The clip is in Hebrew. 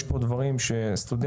יש פה דברים שסטודנטים,